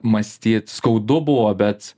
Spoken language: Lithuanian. mąstyt skaudu buvo bet